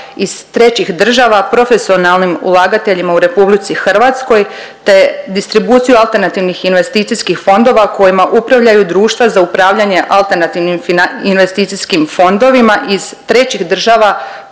iz trećih država profesionalnim ulagateljima u RH te distribuciju alternativnih investicijskih fondova kojima upravljaju društva za upravljanje alternativnim investicijskim fondovima iz trećih država